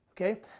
Okay